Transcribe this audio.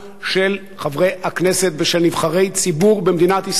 של חברי הכנסת ושל נבחרי ציבור במדינת ישראל.